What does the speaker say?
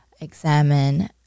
examine